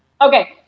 Okay